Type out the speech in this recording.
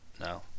No